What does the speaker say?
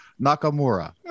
Nakamura